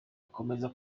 akomeza